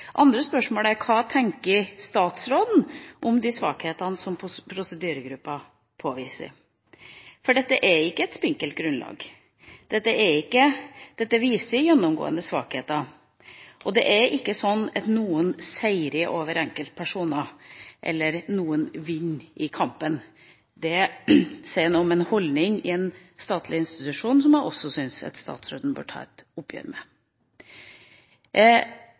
andre spørsmål er: Hva tenker statsråden om de svakhetene som prosedyregruppa har påvist? Dette er ikke et spinkelt grunnlag. Dette viser gjennomgående svakheter, og det er ikke sånn at noen seirer over enkeltpersoner, eller at noen vinner i kampen. Det sier noe om en holdning i en statlig institusjon som jeg også syns at statsråden bør ta et oppgjør med.